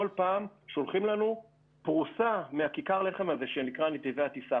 כל פעם שולחים לנו פרוסה מכיכר הלחם הזה שנקרא נתיבי הטיסה.